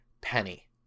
penny